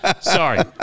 Sorry